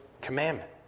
commandment